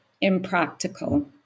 impractical